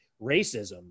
racism